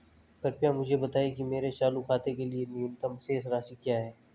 कृपया मुझे बताएं कि मेरे चालू खाते के लिए न्यूनतम शेष राशि क्या है